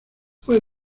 fue